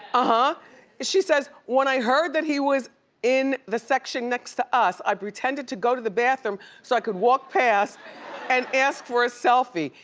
ah she says, when i heard that he was in the section next to us, i pretended to go to the bathroom so i could walk past and ask for a selfie.